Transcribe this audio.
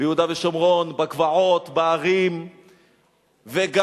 ביהודה ושומרון, בגבעות, בהרים וגם